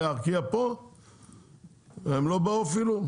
הם אפילו לא באו.